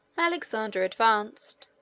alexander advanced,